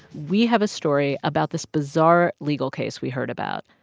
we have a story about this bizarre legal case we heard about,